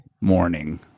morning